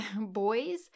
boys